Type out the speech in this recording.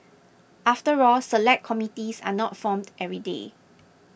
after all Select Committees are not formed every day